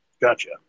Gotcha